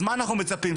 אז מה אנחנו מצפים,